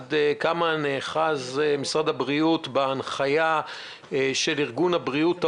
עד כמה נאחז משרד הבריאות בהנחיה של ארגון הבריאות העולמי,